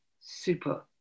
super